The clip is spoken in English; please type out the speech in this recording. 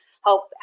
help